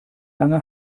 lange